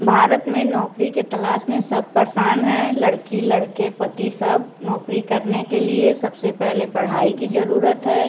भारत में नौकरी के तलाश में सब परेशान हैं लड़की लड़के पति सब नौकरी करने के लिए सबसे पहले पढ़ाई की जरूरत है